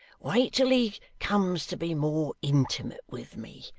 wait till he comes to be more intimate with me.